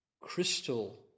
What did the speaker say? crystal